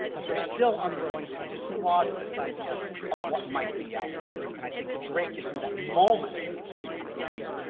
but they're still unwilling to dislodge this idea of what might be out there. and i think the drake gives you that moment where you kind of see it.